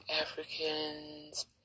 Africans